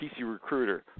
PCRecruiter